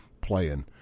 playing